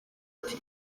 ati